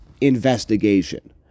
investigation